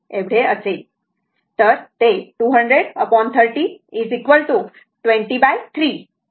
तर ते 200 30 203 Ω